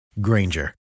Granger